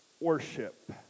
worship